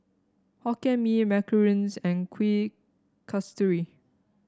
Hokkien Mee Macarons and Kuih Kasturi